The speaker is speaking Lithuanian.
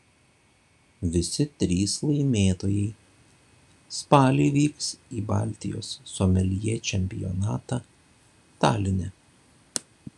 visi trys laimėtojai spalį vyks į baltijos someljė čempionatą taline